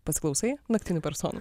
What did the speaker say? pasiklausai naktinių personų